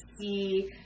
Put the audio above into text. see